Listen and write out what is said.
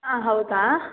ಹಾಂ ಹೌದಾ